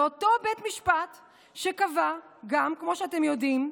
אותו בית משפט קבע גם, כמו שאתם יודעים,